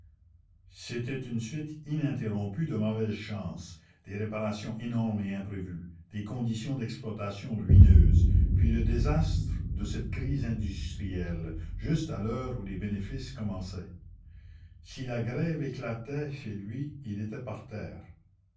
c'était une suite ininterrompue de mauvaises chances des réparations énormes et imprévues des conditions d'exploitation ruineuses puis le désastre de cette crise industrielle juste à l'heure où les bénéfices commençaient si la grève éclatait chez lui il était par terre